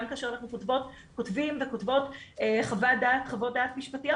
גם כאשר אנחנו כותבים וכותבות חוות דעת משפטיות,